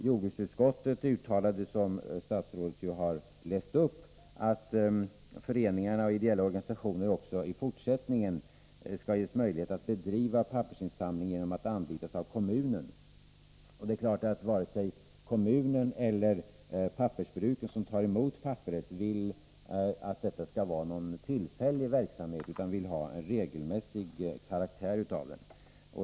Jordbruksutskottet uttalade, som statsrådet har läst upp, att föreningar och ideella organisationer också i fortsättningen skulle ges möjlighet att bedriva pappersinsamling genom att anlitas av kommunen. Det är klart att varken kommunen eller pappersbruken som tar emot papperet vill att detta skall vara någon tillfällig verksamhet utan vill att den skall ha regelmässig karaktär.